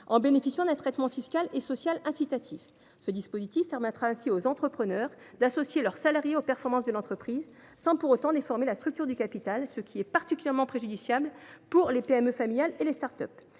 années, selon un traitement fiscal et social incitatif. Ce dispositif permettra ainsi aux entrepreneurs d’associer leurs salariés aux performances de l’entreprise, sans pour autant déformer la structure du capital, ce qui est particulièrement préjudiciable aux PME familiales et aux start up.